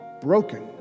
broken